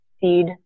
seed